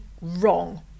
wrong